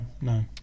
no